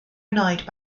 annoyed